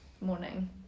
morning